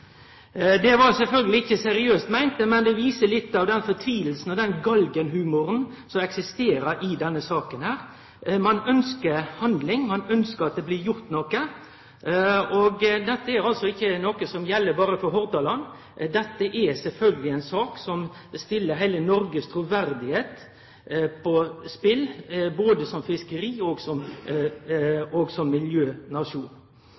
Det var sjølvsagt ikkje seriøst meint, men det viser litt av fortvilinga og galgenhumoren som eksisterer i denne saka. Ein ønskjer handling, ein ønskjer at noko blir gjort. Dette gjeld altså ikkje berre for Hordaland, dette er sjølvsagt ei sak som set heile Noregs truverde på spel både som fiskeri- og